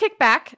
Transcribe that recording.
kickback